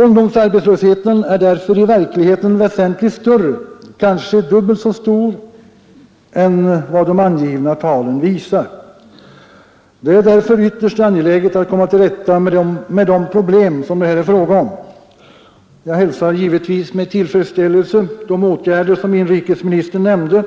Ungdomsarbetslösheten är därfö ö i verkligheten väsentligt större, kanske dubbelt så stor som de angivna talen visar. Det är därför ytterst angeläget att komma till rätta med de problem som det här är fråga om. Jag hälsar givetvis med tillfredsställelse de åtgärder som inrikesministern nämnde,